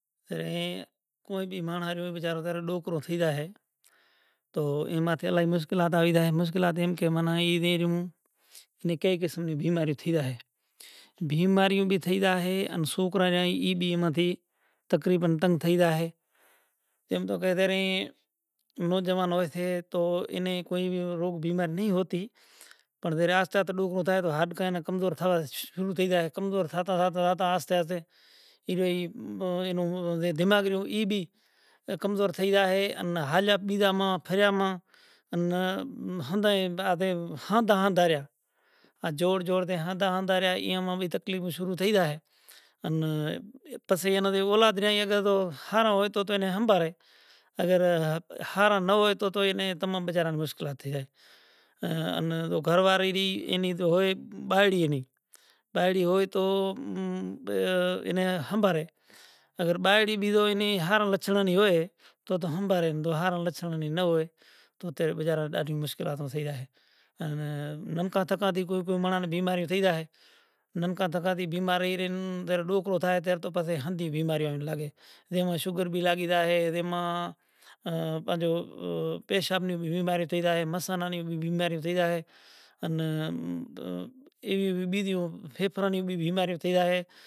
اندر موٹاں مانڑاں نو موٹو ہاتھ ہتو زے ناں انوسار تھی ای بالکاں نیں آج دہاڑا ہوندہی انصاف ناں زڑیو تو ناں زڑیو تو اماں را گرنتھاں نے حساب تھیں لکھیل سے کہ جگت نی اندر ایوا پرکار مانڑاں سیں زے ناں انوسار تھی جیون کنڑ مہاں کتھن تھی گیو سے جیون آ وہنونہار انوسار مایا نی جگت نی ضروری سے چمکہ مایا سے تو ایئے نو کٹنب پریوار سکھی ہوسے اینو کٹنب پریوار سکھی ہوسے تو اینو گھر ماں الجھن نیں بنیں، الجھن نہیں ہوئے تو گھر ماں کرودھ نہیں تھائے، زم راجا ہریچند ہتا تو راجا ہریچند راجدھانی نا مالک ہتا راجواڑے نا مالک ہتا پر گرو وچن تھیں پورنڑ ہتا تو ظاہر اے وشوامنتر پوتانیں گرو ناں کیدہو کہ تاں رو شیوک ریو ای بھگتی تو برابر کرتو پر ای کوئی کام ناں کرسے تو گرو ڈیو کیدہو کہ ماں را ششیاں ناں کوئی ایوی اہمیت نتھی زاں کو پدارتھ زڑے تو بھگتی کرے ریو سے۔